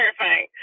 terrifying